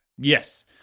Yes